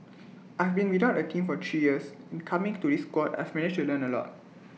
I've been without A team for three years and coming to this squad I've managed to learn A lot